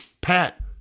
Pat